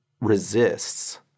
resists